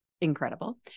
incredible